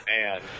man